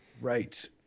Right